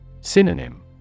Synonym